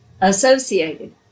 associated